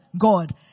God